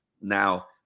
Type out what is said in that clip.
Now